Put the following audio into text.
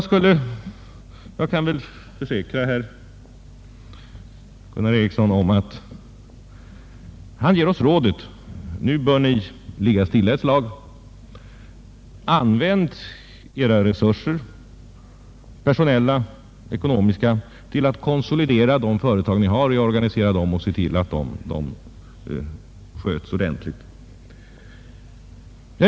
Sedan gav herr Ericsson i Åtvidaberg oss rådet att ligga stilla ett tag. Använd era personella och ekonomiska resurser till att konsolidera de företag ni har, organisera dem och se till att de sköts ordentligt, sade han.